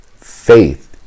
faith